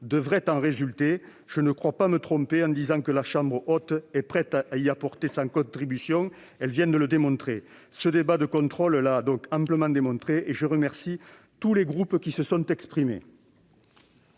devrait en résulter. Je ne crois pas me tromper en disant que la Chambre haute est prête à y apporter sa contribution. Ce débat de contrôle l'a amplement démontré. Je remercie d'ailleurs tous les groupes qui se sont exprimés.